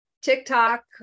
TikTok